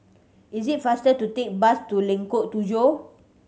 it is faster to take bus to Lengkok Tujoh